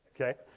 okay